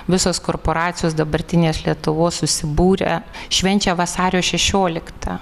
visos korporacijos dabartinės lietuvos susibūrę švenčia vasario šešioliktą